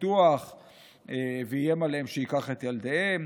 הפיתוח ואיים עליהם שייקח את ילדיהם,